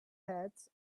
hats